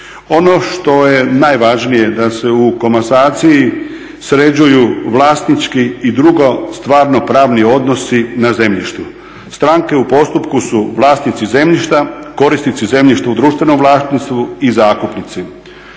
Ono što je najvažnije da se u komasaciji sređuju vlasnički i drugi stvarno pravni odnosi na zemljištu. Stranke u postupku su vlasnici zemljišta, korisnici zemljišta u društvenom vlasništvu i zakupnici.